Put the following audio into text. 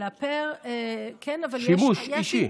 שימוש אישי.